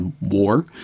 war